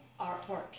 artwork